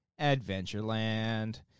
Adventureland